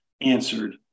answered